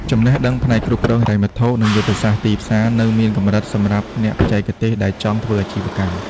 ចំណេះដឹងផ្នែកគ្រប់គ្រងហិរញ្ញវត្ថុ និងយុទ្ធសាស្ត្រទីផ្សារនៅមានកម្រិតសម្រាប់អ្នកបច្ចេកទេសដែលចង់ធ្វើអាជីវកម្ម។